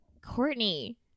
Courtney